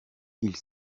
ils